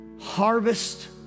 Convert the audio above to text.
harvest